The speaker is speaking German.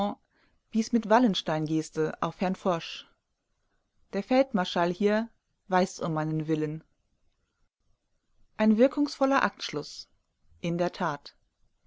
wies mit wallenstein-geste auf herrn foch der feldmarschall hier weiß um meinen willen ein wirkungsvoller aktschluß in der tat